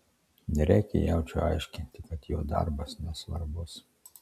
nereikia jaučiui aiškinti kad jo darbas nesvarbus